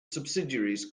subsidies